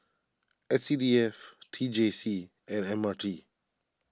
S C D F T J C and M R G